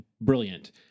brilliant